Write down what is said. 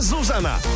Zuzana